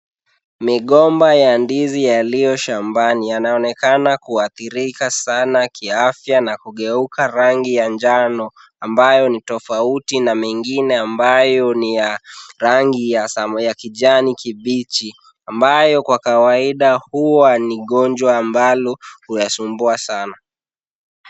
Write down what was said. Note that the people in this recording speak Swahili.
Migomba ya ndizi yaliyo shambani. Yanaonekana kuathirika sana kiafya na kugeuka rangi ya njano, ambayo ni tofauti na mengine ambayo ni ya rangi ya kijani kibichi, ambayo kwa kawaida huwa ni ugonjwa ambalo huyasumbua sana.